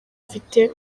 ifite